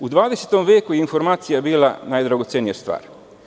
U 20. veku informacija bila najdragocenija stvar.